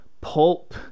pulp